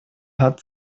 hat